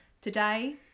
today